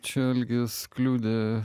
čia algis kliudė